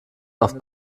auf